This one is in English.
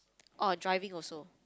orh driving also